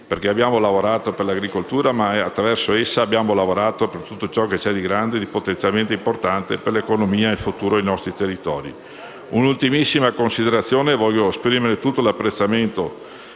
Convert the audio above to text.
perché abbiamo lavorato per l'agricoltura, ma attraverso essa abbiamo lavorato per tutto ciò che c'è di grande, di potenzialmente importante per l'economia e il futuro dei territori. Un'ultimissima considerazione. Voglio esprimere tutto l'apprezzamento